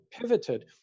pivoted